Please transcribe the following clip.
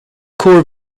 core